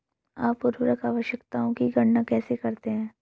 आप उर्वरक आवश्यकताओं की गणना कैसे करते हैं?